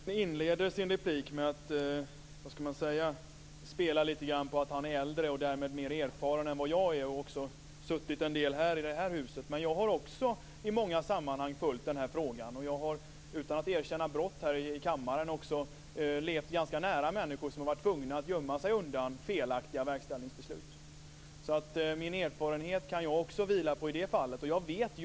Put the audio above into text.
Fru talman! Gustaf von Essen inledde sin replik med att spela lite grann på att han är äldre och därmed mer erfaren än vad jag är och att han varit länge här i huset. Men också jag har följt den här frågan i många sammanhang. Utan att erkänna brott här i kammaren vill jag säga att jag har levt ganska nära människor som har varit tvungna att gömma sig efter felaktiga verkställighetsbeslut. Även jag kan alltså stödja mig på erfarenhet av detta.